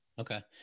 Okay